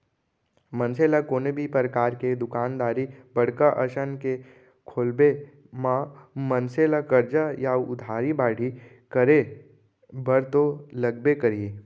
मनसे ल कोनो भी परकार के दुकानदारी बड़का असन के खोलब म मनसे ला करजा या उधारी बाड़ही करे बर तो लगबे करही